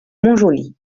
montjoly